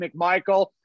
McMichael